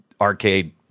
Arcade